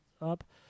up